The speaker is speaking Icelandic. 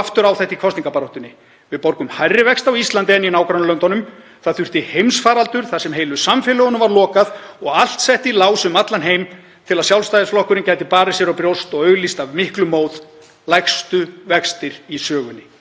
aftur á þetta í kosningabaráttunni: Við borgum hærri vexti á Íslandi en í nágrannalöndunum. Það þurfti heimsfaraldur þar sem heilu samfélögunum var lokað og allt sett í lás um allan heim til að Sjálfstæðisflokkurinn gæti barið sér á brjóst og auglýst af miklum móð: Lægstu vextir í sögunni.